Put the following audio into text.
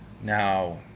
Now